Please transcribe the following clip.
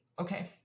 okay